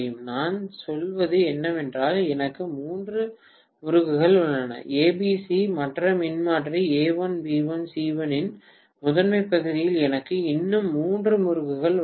நான் சொல்வது என்னவென்றால் எனக்கு மூன்று முறுக்குகள் உள்ளன ஏ பி சி மற்ற மின்மாற்றி A1 B1 C1 இன் முதன்மைப் பகுதியில் எனக்கு இன்னும் மூன்று முறுக்குகள் உள்ளன